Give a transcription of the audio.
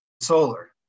solar